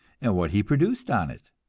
and what he produced on it.